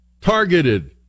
targeted